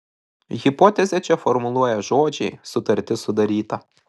hipotezę čia formuluoja žodžiai sutartis sudaryta